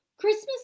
christmas